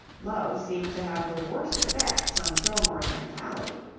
love seemed to have the worst effects on fillmore's mentality.